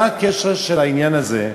מה הקשר של העניין הזה,